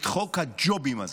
את חוק הג'ובים הזה.